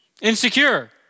insecure